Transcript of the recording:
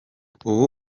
ubu